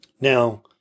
Now